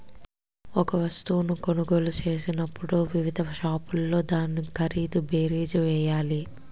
ఒక వస్తువును కొనుగోలు చేసినప్పుడు వివిధ షాపుల్లో దాని ఖరీదు బేరీజు వేయాలి